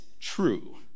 true